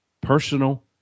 personal